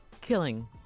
killing